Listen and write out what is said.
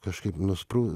kažkaip nusprū